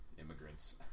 immigrants